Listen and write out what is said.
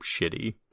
shitty